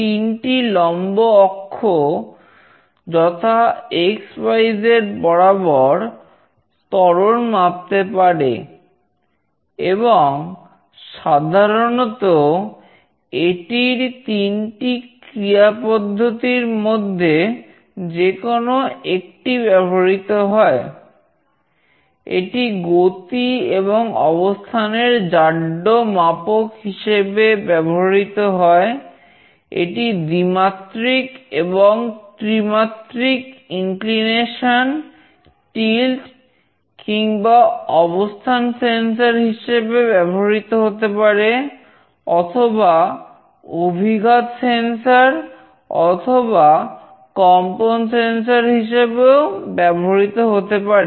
তো অ্যাক্সেলেরোমিটার হিসেবেও ব্যবহৃত হতে পারে